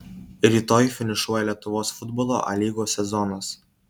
rytoj finišuoja lietuvos futbolo a lygos sezonas